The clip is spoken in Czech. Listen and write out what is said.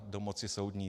Do moci soudní.